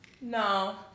No